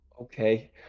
Okay